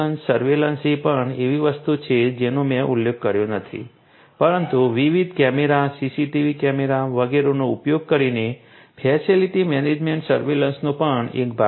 surveillance એ પણ એવી વસ્તુ છે જેનો મેં ઉલ્લેખ કર્યો નથી પરંતુ વિવિધ કેમેરા સીસીટીવી કેમેરા વગેરેનો ઉપયોગ કરીને ફેસિલિટી મેનેજમેન્ટ સર્વેલન્સનો પણ એક ભાગ છે